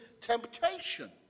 temptation